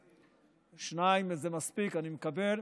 ------ שניים זה מספיק, אני מקבל.